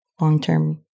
long-term